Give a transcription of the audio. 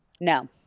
No